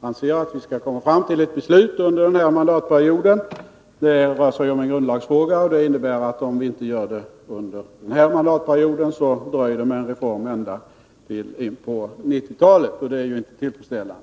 anser att vi skall komma fram till ett beslut under denna mandatperiod. Det rör sig om en grundlagsfråga, och det innebär att om vi inte fattar beslut under denna mandatperiod så dröjer det med en reform ända in på 1990-talet, och det är inte tillfredsställande.